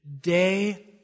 day